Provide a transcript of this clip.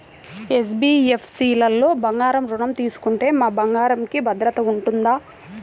NBFC లలో బంగారు ఋణం తీసుకుంటే మా బంగారంకి భద్రత ఉంటుందా?